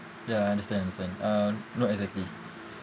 ya understand understand uh not exactly